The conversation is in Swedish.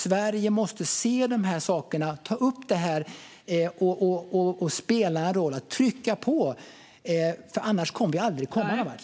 Sverige måste se dessa saker, ta upp detta, spela en roll och trycka på. Annars kommer vi aldrig att komma någonvart.